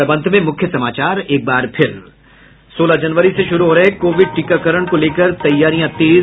और अब अंत में मूख्य समाचार एक बार फिर सोलह जनवरी से शुरू हो रहे कोविड टीकाकरण को लेकर तैयारियां तेज